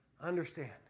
understand